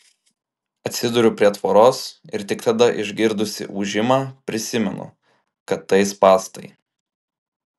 atsiduriu prie tvoros ir tik tada išgirdusi ūžimą prisimenu kad tai spąstai